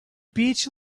beach